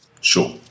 Sure